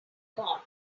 gone